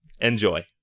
Enjoy